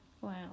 Wow